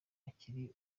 iki